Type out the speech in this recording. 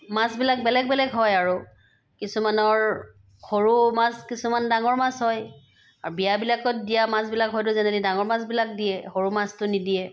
মাছবিলাক বেলেগ বেলেগ হয় আৰু কিছুমানৰ সৰু মাছ কিছুমান ডাঙৰ মাছ হয় আৰু বিয়াবিলাকত দিয়া মাছবিলাক হয়তো জেনেৰেলি ডাঙৰ মাছবিলাক দিয়ে সৰু মাছটো নিদিয়ে